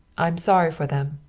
i'm sorry for them.